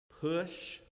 push